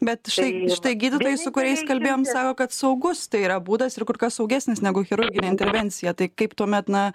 bet štai štai gydytojai su kuriais kalbėjom sako kad saugus tai yra būdas ir kur kas saugesnis negu chirurginė intervencija tai kaip tuomet na